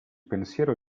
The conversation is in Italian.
pensiero